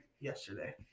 yesterday